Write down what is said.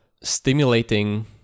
stimulating